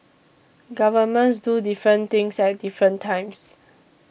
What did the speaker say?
governments do different things at different times